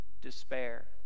despair